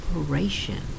operation